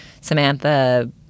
Samantha